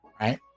right